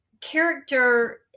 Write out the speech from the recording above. character